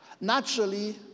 Naturally